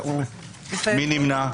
מי נמנע?